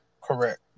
correct